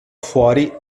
fuori